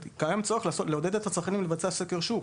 זה שקיים צורך לעודד את הצרכנים לבצע סקר שוק.